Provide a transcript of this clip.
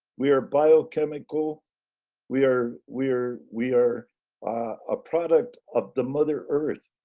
we are biochemical we are we are we are a product of the mother earth.